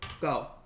go